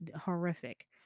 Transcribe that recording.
horrific